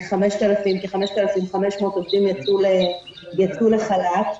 אצלנו כ-5,500 עובדים יצאו לחל"ת.